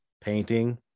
painting